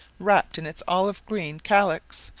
wrapped in its olive-green calix,